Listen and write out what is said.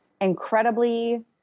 incredibly